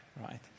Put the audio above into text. right